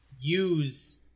use